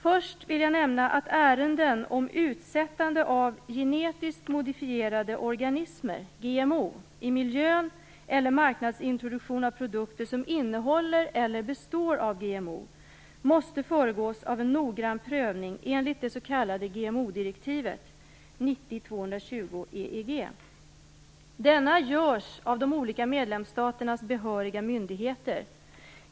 Först vill jag nämna att ärenden om utsättande av genetiskt modifierade organismer i miljön eller marknadsintroduktion av produkter som innehåller eller består av GMO måste föregås av en noggrann prövning enligt det s.k. GMO-direktivet 90 EEG. Denna görs av de olika medlemsstaternas behöriga myndigheter.